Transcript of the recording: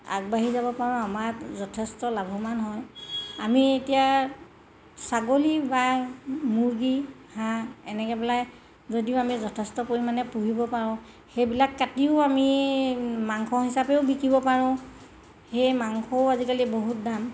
আগবাঢ়ি যাব পাৰোঁ আমাৰ যথেষ্ট লাভৱান হয় আমি এতিয়া ছাগলী বা মুৰ্গী হাঁহ এনেকৈ পেলাই যদিও আমি যথেষ্ট পৰিমাণে পুহিব পাৰোঁ সেইবিলাক কাটিও আমি মাংস হিচাপেও বিকিব পাৰোঁ সেই মাংসও আজিকালি বহুত দাম